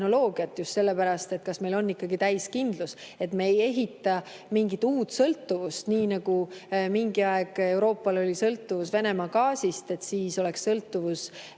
just küsimuse pärast, kas meil on ikkagi täielik kindlus, et me ei tekita mingit uut sõltuvust, nii nagu mingi aeg Euroopal oli sõltuvus Venemaa gaasist. Siis oleks sõltuvus